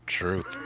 Truth